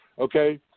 okay